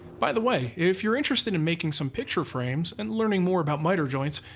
by the way, if you're interested in making some picture frames and learning more about miter joints,